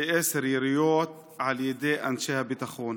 בעשר יריות על ידי אנשי הביטחון.